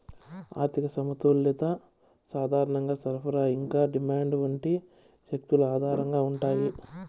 ఆర్థిక సమతుల్యత సాధారణంగా సరఫరా ఇంకా డిమాండ్ వంటి శక్తుల ఆధారంగా ఉంటాయి